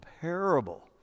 parable